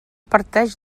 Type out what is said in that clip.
parteix